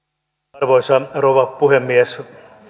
arvoisa rouva puhemies